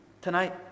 tonight